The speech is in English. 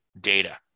data